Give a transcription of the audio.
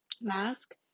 mask